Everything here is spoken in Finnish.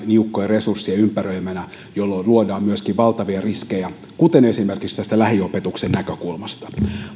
niukkojen resurssien ympäröimänä jolloin luodaan myöskin valtavia riskejä esimerkiksi tästä lähiopetuksen näkökulmasta